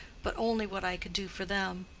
but only what i could do for them.